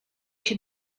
się